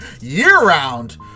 year-round